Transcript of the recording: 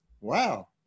Wow